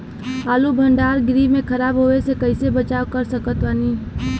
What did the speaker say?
आलू भंडार गृह में खराब होवे से कइसे बचाव कर सकत बानी?